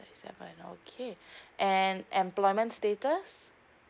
twenty seven okay and employment status